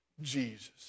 Jesus